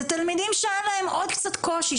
זה תלמידים שהיה להם עוד קצת קושי,